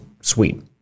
sweet